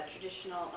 traditional